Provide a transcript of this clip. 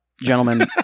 gentlemen